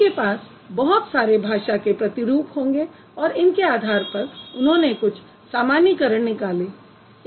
उनके पास बहुत सारे भाषा के प्रतिरूप होंगे और इनके आधार पर उन्होंने कुछ सामान्यीकरण निकाले